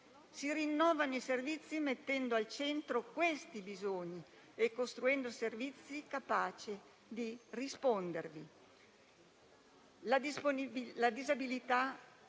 Si rinnovano i servizi mettendo al centro questi bisogni e costruendoli capaci di rispondervi.